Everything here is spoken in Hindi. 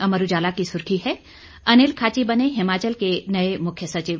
अमर उजाला की सुर्खी है अनिल खाची बने हिमाचल के नए मुख्य सचिव